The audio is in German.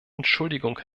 entschuldigung